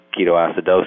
ketoacidosis